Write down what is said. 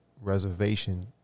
reservation